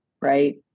right